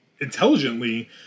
intelligently